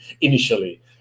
initially